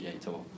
Tour